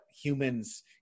humans